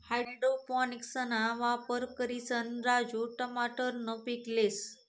हाइड्रोपोनिक्सना वापर करिसन राजू टमाटरनं पीक लेस